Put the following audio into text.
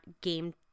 game